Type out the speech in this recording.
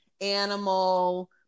animal